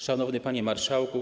Szanowny Panie Marszałku!